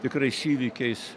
tikrais įvykiais